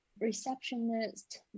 receptionist